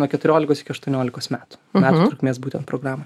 nuo keturiolikos iki aštuoniolikos metų metų trukmės būtent programa